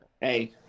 Hey